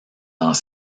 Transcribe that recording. dans